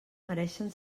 mereixen